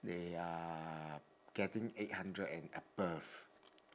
they are getting eight hundred and above